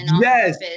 yes